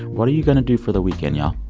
what are you going to do for the weekend, y'all?